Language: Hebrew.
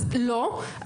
אז לא,